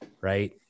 Right